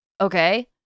Okay